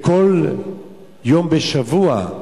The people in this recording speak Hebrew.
בכל יום בשבוע,